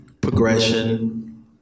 progression